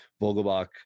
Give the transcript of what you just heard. Vogelbach